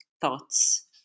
thoughts